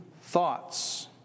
thoughts